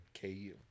KU